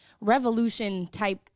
revolution-type